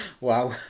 Wow